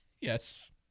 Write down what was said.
Yes